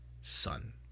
son